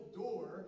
door